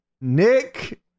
Nick